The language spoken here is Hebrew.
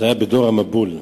זה היה בדור המבול,